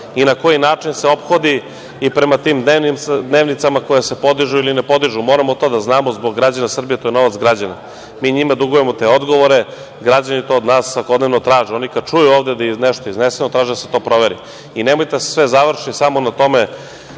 i na koji način se ophodi i prema tim dnevnicama koje se podižu ili ne podižu, moramo to da znamo zbog građana Srbije, jer to je novac građana. Mi njima dugujemo te odgovore, građani to od nas svakodnevno traže. Oni kada čuju ovde da nešto iznesemo traže da se to proveri. Nemojte da se sve završi samo na tome